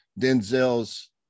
Denzel's